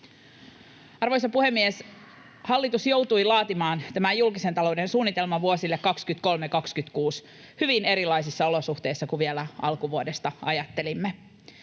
Arvoisa puhemies! Hallitus joutui laatimaan tämän julkisen talouden suunnitelman vuosille 23—26 hyvin erilaisissa olosuhteissa kuin vielä alkuvuodesta ajattelimme.